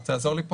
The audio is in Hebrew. רוצה לעזור לי?